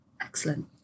Excellent